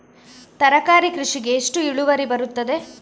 ತರಕಾರಿ ಕೃಷಿಗೆ ಎಷ್ಟು ಇಳುವರಿ ಬರುತ್ತದೆ?